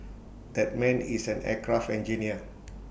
that man is an aircraft engineer